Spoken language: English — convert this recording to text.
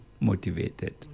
motivated